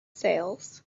sails